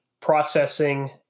processing